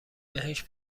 بهش